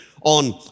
on